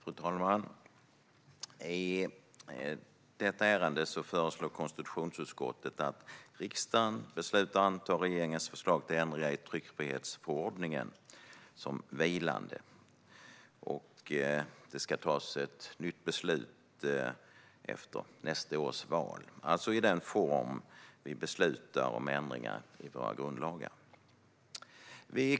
Fru talman! I detta ärende föreslår konstitutionsutskottet att riksdagen beslutar att anta regeringens förslag till ändringar i tryckfrihetsförordningen som vilande och att det ska tas ett nytt beslut efter nästa års val, alltså i den form vi beslutar om ändringar i våra grundlagar.